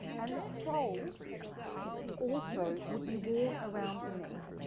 and the scrolls also would be worn around the neck.